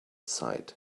sight